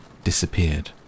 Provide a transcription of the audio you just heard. disappeared